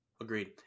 Agreed